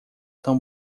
tão